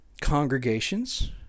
congregations